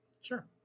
Sure